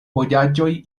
vojaĝoj